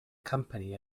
company